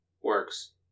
works